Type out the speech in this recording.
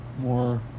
more